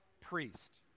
priest